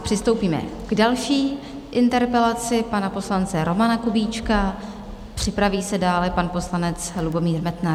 Přistoupíme k další interpelaci pana poslance Romana Kubíčka, připraví se dále pan poslanec Lubomír Metnar.